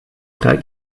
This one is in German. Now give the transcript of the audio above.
drei